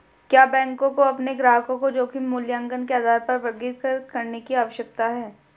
क्या बैंकों को अपने ग्राहकों को जोखिम मूल्यांकन के आधार पर वर्गीकृत करने की आवश्यकता है?